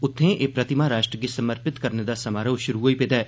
उत्थें एह् प्रतिमा राष्ट्र गी समर्पित करने दा समारोह शुरू होई गेदा ऐ